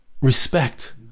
respect